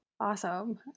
Awesome